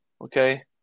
okay